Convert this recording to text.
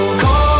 cold